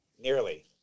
nearly